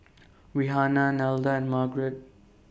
Rihanna Nelda and Margrett